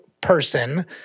person